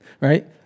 Right